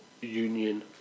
union